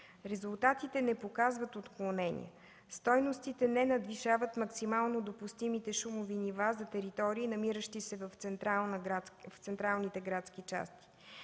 Резултатите не показват отклонение. Стойностите не надвишават максимално допустимите шумови нива за територии, намиращи се в централните градски части.